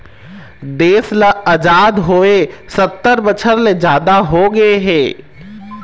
देश ल अजाद होवे सत्तर बछर ले जादा होगे हे